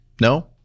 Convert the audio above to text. No